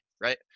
right